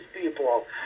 People